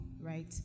right